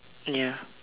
ya